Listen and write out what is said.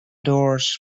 doors